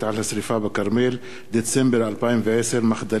הסכם עובדי הקבלן טרם נחתם,